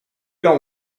dont